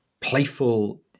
playful